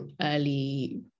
early